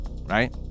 right